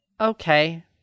okay